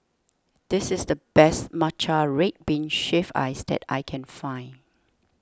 this is the best Matcha Red Bean Shaved Ice that I can find